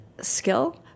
skill